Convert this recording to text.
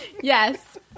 Yes